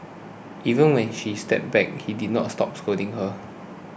even when she stepped back he didn't stop scolding her